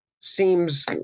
Seems